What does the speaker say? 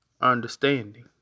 understanding